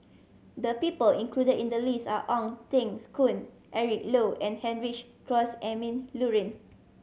the people included in the list are Ong Tengs Koon Eric Low and Heinrich Cross Emil Luering